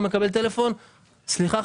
הוא מקבל טלפון: סליחה,